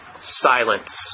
silence